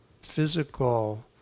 physical